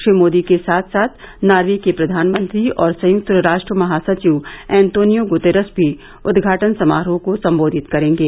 श्री मोदी के साथ साथ नार्वे के प्रधानमंत्री और संयुक्त राष्ट्र महासचिव एतोनियो गुतरश भी उद्घाटन समारोह को संबोधित करेंगे